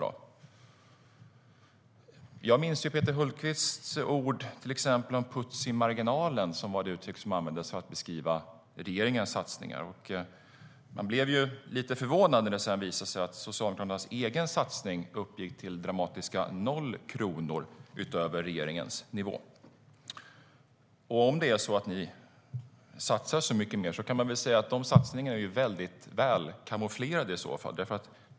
Jag minns till exempel Peter Hultqvists ord om puts i marginalen, som var det uttryck som användes för att beskriva regeringens satsningar. Man blev lite förvånad när det sedan visade sig att Socialdemokraternas egen satsning uppgick till dramatiska noll kronor utöver regeringens nivå. Om det är så att ni satsar så mycket mer kan man säga att dessa satsningar i så fall är mycket välkamouflerade.